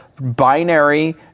binary